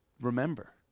remember